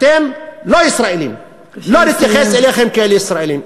אתם לא ישראלים, לא נתייחס אליכם כאל ישראלים.